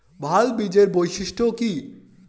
ভাল বীজের বৈশিষ্ট্য কী?